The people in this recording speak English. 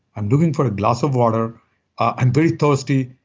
i'm looking for a glass of water i'm very thirsty.